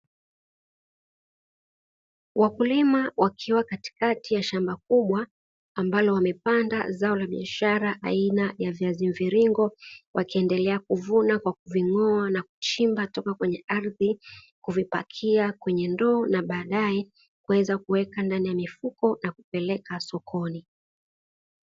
Wakulima wakiwa katikati ya shamba kubwa ambalo wamepanda zao la biashara aina ya viazi mviringo, wakiendelea kuvuna kwa kuving’oa na kuchimba toka kwenye ardhi, kuvipakia kwenye ndoo na baadaye kuweza kuweka ndani ya mifuko na kupeleka sokoni.